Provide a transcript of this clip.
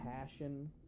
passion